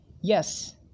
yes